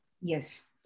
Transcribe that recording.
Yes